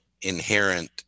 inherent